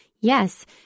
Yes